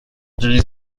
dix